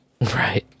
Right